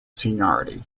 seniority